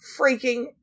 freaking